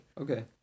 Okay